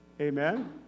Amen